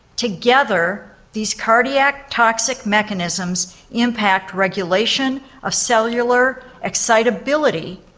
together these cardiac toxic mechanisms impact regulation of cellular excitability,